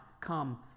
come